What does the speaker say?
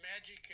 magic